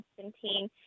Constantine